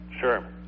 Sure